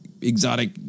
exotic